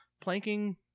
Planking